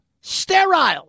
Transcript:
sterile